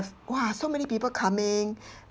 !wah! so many people coming